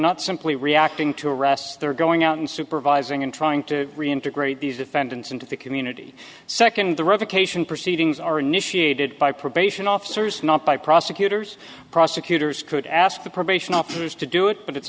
not simply reacting to arrests they're going out and supervising and trying to reintegrate these defendants into the community second the revocation proceedings are initiated by probation officers not by prosecutors prosecutors could ask the probation officers to do it but it's